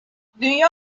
dünya